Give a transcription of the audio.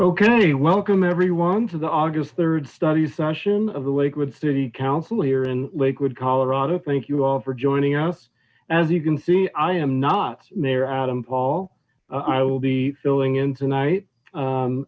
welcome everyone to the august rd study session of the lakewood city council here in lakewood colorado thank you all for joining us as you can see i am not mayor adam paul i will be filling in tonight